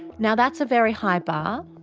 now that's a very high bar.